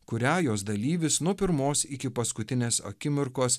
kurią jos dalyvis nuo pirmos iki paskutinės akimirkos